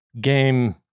game